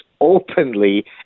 openly